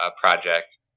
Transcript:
Project